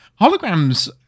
holograms